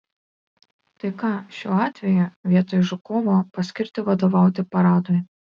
tai ką šiuo atveju vietoj žukovo paskirti vadovauti paradui